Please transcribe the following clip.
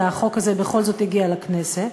והחוק הזה בכל זאת הגיע לכנסת,